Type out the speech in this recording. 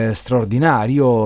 straordinario